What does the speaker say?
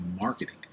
marketing